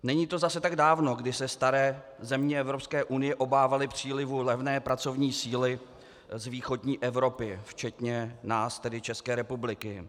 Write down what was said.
Není to zase tak dávno, kdy se staré země Evropské unie obávaly přílivu levné pracovní síly z východní Evropy, včetně nás, tedy České republiky.